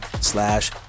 slash